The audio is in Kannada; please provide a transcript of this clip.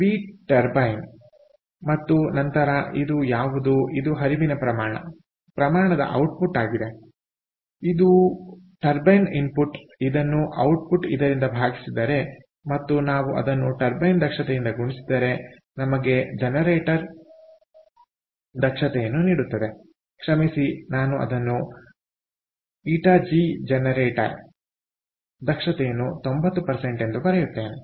ವಿ ಟರ್ಬೈನ್ ಮತ್ತು ನಂತರ ಇದು ಯಾವುದು ಇದು ಹರಿವಿನ ಪ್ರಮಾಣದ ಔಟ್ಪುಟ್ ಆಗಿದೆ ಇದು ಟರ್ಬೈನ್ ಇನ್ಪುಟ್ ಇದನ್ನು ಔಟ್ಪುಟ್ ಇದರಿಂದ ಭಾಗಿಸಿದರೆ ಮತ್ತು ನಾವು ಅದನ್ನು ಟರ್ಬೈನ್ ದಕ್ಷತೆಯಿಂದ ಗುಣಿಸಿದರೆ ನಮಗೆ ಜನರೇಟರ್ ದಕ್ಷತೆಯನ್ನು ನೀಡುತ್ತದೆ ಕ್ಷಮಿಸಿ ನಾನು ಅದನ್ನು ƞg ಜನರೇಟರ್ ದಕ್ಷತೆಯನ್ನು 90 ಎಂದು ಬರೆಯುತ್ತೇನೆ